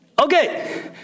Okay